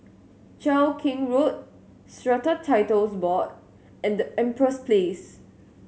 Cheow Keng Road Strata Titles Board and Empress Place